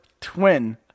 twin